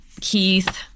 keith